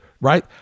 Right